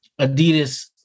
Adidas